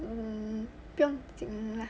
hmm 不用紧 lah